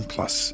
Plus